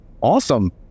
Awesome